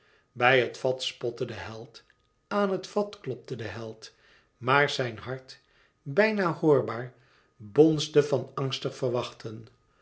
bij het vat spotte de held aan het vat klopte de held maar zijn hart bijna hoorbaar bonsde van angstig verwachten